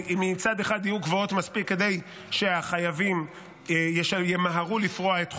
שמצד אחד יהיו גבוהות מספיק כדי שהחייבים ימהרו לפרוע את חובם,